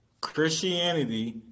Christianity